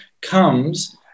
comes